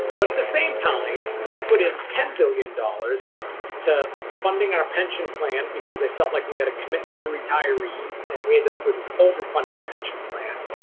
but, at the same time, we put in ten billion dollars to funding our pension plan because i felt like we had a commitment to retirees and we ended up with an overfunded pension plan.